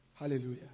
Hallelujah